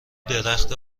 درخت